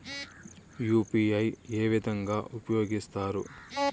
UPI ఏ విధంగా ఉపయోగిస్తారు?